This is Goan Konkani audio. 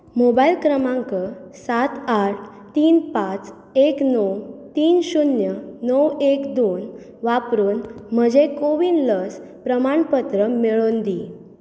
मोबायल क्रमांक सात आठ तीन पांच एक णव तीन शून्य णव एक दोन वापरून म्हजें कोविन लस प्रमाणपत्र मेळोवन दी